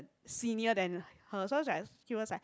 senior than her so I was like she was like